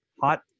hot